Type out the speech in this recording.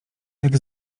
jak